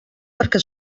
perquè